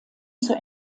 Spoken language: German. zur